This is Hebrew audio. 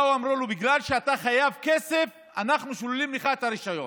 ובאים ואומרים לו: בגלל שאתה חייב כסף אנחנו שוללים לך את הרישיון.